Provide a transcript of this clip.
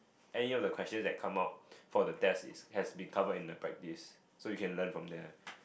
end year of the questions that come out for the test is has become in the practice so you can learn from there